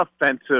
offensive